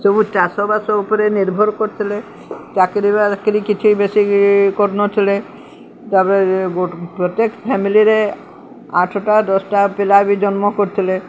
ସବୁ ଚାଷବାସ ଉପରେ ନିର୍ଭର କରୁଥିଲେ ଚାକିରି ବାକିରି କିଛି ବେଶୀ କରୁନଥିଲେ ତା'ପରେ ପ୍ରତ୍ୟେକ ଫ୍ୟାମିଲିରେ ଆଠଟା ଦଶଟା ପିଲା ବି ଜନ୍ମ କରୁଥିଲେ